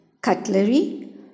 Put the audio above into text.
cutlery